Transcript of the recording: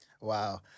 Wow